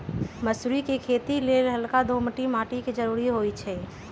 मसुरी कें खेति लेल हल्का दोमट माटी के जरूरी होइ छइ